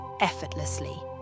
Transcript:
effortlessly